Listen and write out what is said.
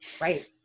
Right